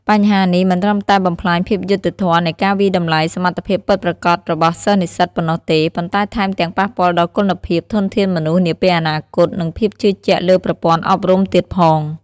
បញ្ហានេះមិនត្រឹមតែបំផ្លាញភាពយុត្តិធម៌នៃការវាយតម្លៃសមត្ថភាពពិតប្រាកដរបស់សិស្សនិស្សិតប៉ុណ្ណោះទេ ប៉ុន្តែថែមទាំងប៉ះពាល់ដល់គុណភាពធនធានមនុស្សនាពេលអនាគត និងភាពជឿជាក់លើប្រព័ន្ធអប់រំទៀតផង។